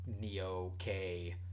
Neo-K